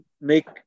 make